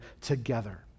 together